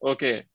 Okay